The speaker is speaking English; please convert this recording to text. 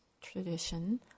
tradition